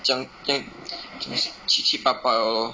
这样这样这样七七八八了 lor